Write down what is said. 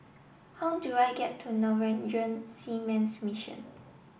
how do I get to Norwegian Seamen's Mission